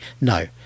No